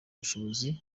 ubushobozi